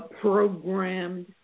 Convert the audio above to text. programmed